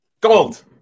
gold